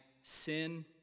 sin